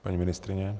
Paní ministryně?